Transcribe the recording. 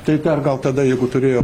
tai dar gal tada jeigu turėjo